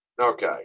Okay